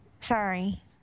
Sorry